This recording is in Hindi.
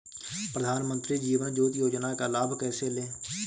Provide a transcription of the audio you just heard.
प्रधानमंत्री जीवन ज्योति योजना का लाभ कैसे लें?